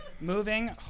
moving